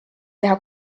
teha